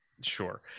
Sure